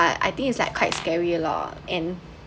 I I think is like quite scary lah and